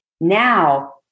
now